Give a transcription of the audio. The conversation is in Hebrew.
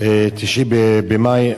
9 במאי 2012,